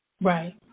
Right